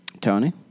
Tony